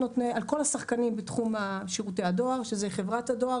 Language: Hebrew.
השחקנים בתחום שירותי הדואר שזאת חברת הדואר,